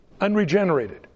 unregenerated